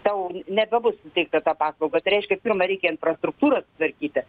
tau nebebus suteikta ta paslauga tai reiškia pirma reikia infrastruktūrą sutvarkyti